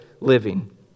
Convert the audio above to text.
living